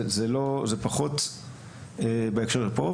זה פחות בהקשר פה,